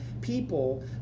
people